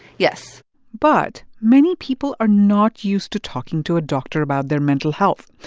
yes but many people are not used to talking to a doctor about their mental health.